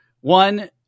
One